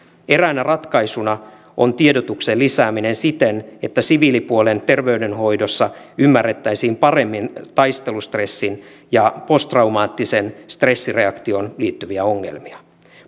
eräänä ratkaisuna on tiedotuksen lisääminen siten että siviilipuolen terveydenhoidossa ymmärrettäisiin paremmin taistelustressiin ja post traumaattiseen stressireaktioon liittyviä ongelmia